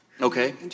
Okay